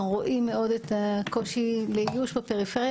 אנחנו מאוד רואים את הקושי באיוש בפריפריה,